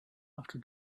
after